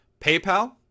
PayPal